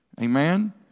Amen